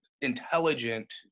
intelligent